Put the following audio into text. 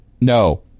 no